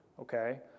okay